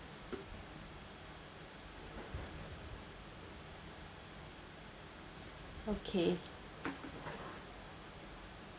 okay